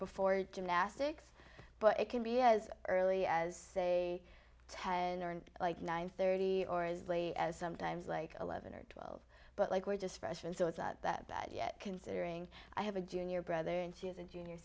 before gymnastics but it can be as early as a ten hour and like nine thirty or is lee as sometimes like eleven or twelve but like we're just freshmen so it's not that bad yet considering i have a junior brother and she is a junior